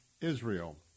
Israel